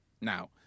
Now